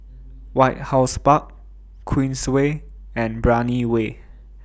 White House Park Queensway and Brani Way